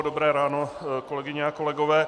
Dobré ráno, kolegyně a kolegové.